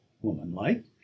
woman-like